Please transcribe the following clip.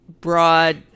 broad